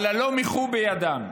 על ה"לא מיחו בידם".